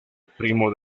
primo